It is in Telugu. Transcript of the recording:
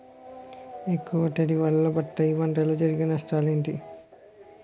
ఎక్కువ తడి వల్ల బత్తాయి పంటలో జరిగే నష్టాలేంటి?